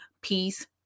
peace